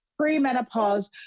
premenopause